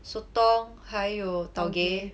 sotong 还有 tau gay